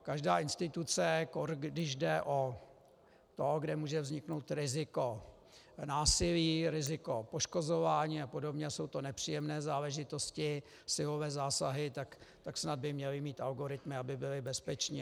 Každá instituce, zvlášť když jde o to, kde může vzniknout riziko násilí, riziko poškozování a podobně, jsou to nepříjemné záležitosti, silové zásahy, tak snad by měli mít algoritmy, aby byli bezpeční.